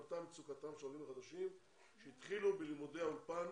עלתה מצוקתם של עולים חדשים שהתחילו בלימודי אולפן